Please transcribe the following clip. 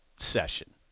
session